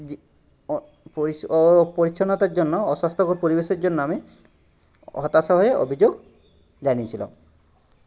যে অপরিচ্ছন্নতার জন্য অস্বাস্থ্যকর পরিবেশের জন্য আমি হতাশ হয়ে অভিযোগ জানিয়ে ছিলাম